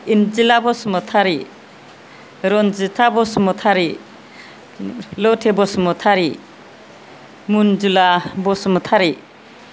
Enjila Basumatary Ranjita Basumatary Lathe Basumatary Manjula Basumatary